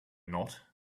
not